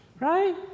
right